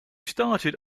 started